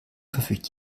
verfügt